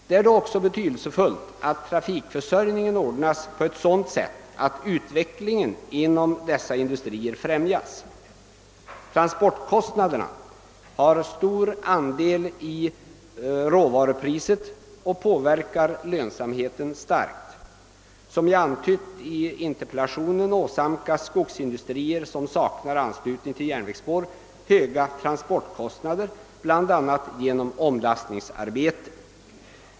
Då är det också betydelsefullt att trafikförsörjningen ordnas på sådant sätt att utvecklingen inom dessa industrier främjas. Transportkostnaderna har stor andel i råvarupriset och påverkar starkt lönsamheten. Som jag antytt i min interpellation åsamkas skogsindustrier, som saknar anslutning till järnvägsspår, höga transportkostnader bl.a. på grund av omlastningsarbeten.